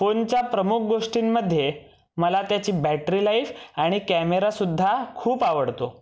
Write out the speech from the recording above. फोनच्या प्रमुख गोष्टींमध्ये मला त्याची बॅट्री लाईफ आणि कॅमेरासुद्धा खूप आवडतो